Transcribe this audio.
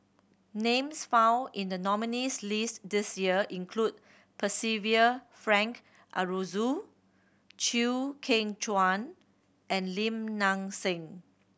names found in the nominees' list this year include Percival Frank Aroozoo Chew Kheng Chuan and Lim Nang Seng